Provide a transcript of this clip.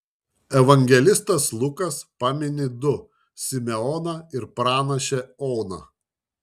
evangelistas lukas pamini du simeoną ir pranašę oną